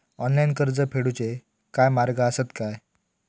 Online कर्ज फेडूचे काय मार्ग आसत काय?